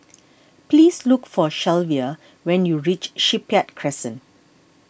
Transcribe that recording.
please look for Shelvia when you reach Shipyard Crescent